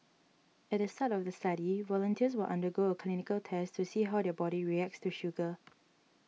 at the start of the study volunteers will undergo a clinical test to see how their body reacts to sugar